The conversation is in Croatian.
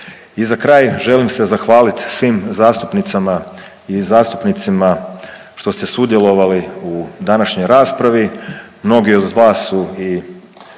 I za kraj želim se zahvaliti svim zastupnicama i zastupnicima što ste sudjelovali u današnjoj raspravi. Mnogi od vas su i